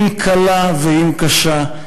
אם קלה ואם קשה,